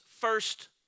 first